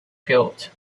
built